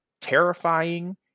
terrifying